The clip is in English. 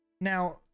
now